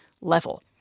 level